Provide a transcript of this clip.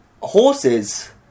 Horses